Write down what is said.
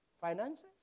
Finances